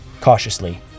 Cautiously